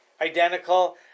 identical